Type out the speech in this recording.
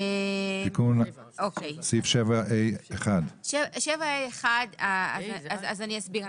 תיקון סעיף 7ה1. 7ה1, אני אסביר.